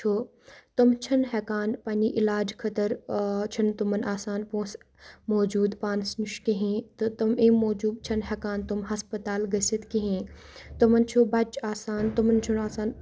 چھُ تِم چھِنہٕ ہیٚکان پَننہِ علاج خٲطر چھِنہٕ تٕمَن آسان پونٛسہٕ موٗجوٗد پانَس نِش کِہیٖنۍ تہٕ تِم امہِ موٗجوٗب چھِنہٕ ہیٚکان تِم ہَسپَتال گٔژھِتھ کِہیٖنۍ تِمَن چھُ بَچہِ آسان تِمَن چھُنہٕ آسان